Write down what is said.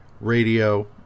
radio